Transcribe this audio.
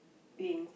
being